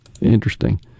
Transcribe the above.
Interesting